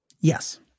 Yes